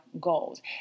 goals